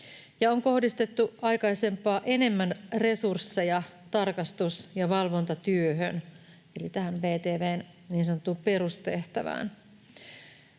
on kohdistettu aikaisempaa enemmän resursseja tarkastus- ja valvontatyöhön eli tähän VTV:n niin sanottuun